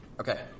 Okay